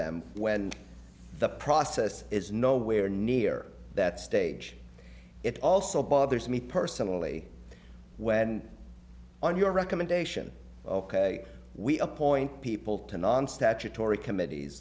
them when the process is nowhere near that stage it also bothers me personally when on your recommendation ok we appoint people to non statutory committees